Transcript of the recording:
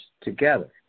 together